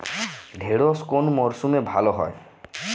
ঢেঁড়শ কোন মরশুমে ভালো হয়?